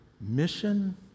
mission